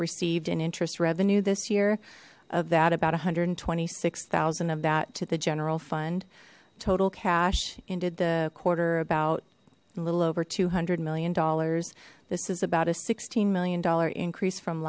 received an interest revenue this year of that about a hundred and twenty six thousand of that to the general fund total cash ended the quarter about a little over two hundred million dollars this is about a sixteen million dollar increase from